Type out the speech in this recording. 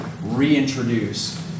reintroduce